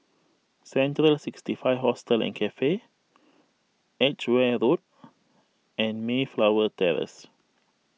Central sixty five Hostel and Cafe Edgeware Road and Mayflower Terrace